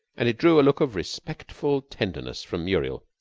and it drew a look of respectful tenderness from muriel.